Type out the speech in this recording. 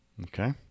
Okay